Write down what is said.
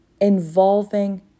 involving